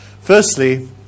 Firstly